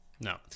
no